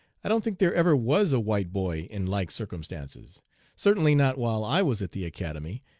i don't think there ever was a white boy in like circumstances certainly not while i was at the academy,